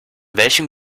welchem